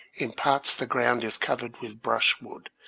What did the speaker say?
in parts the ground is covered with brushwood,